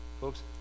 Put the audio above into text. Folks